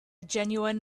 genuine